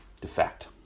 defect